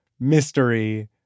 mystery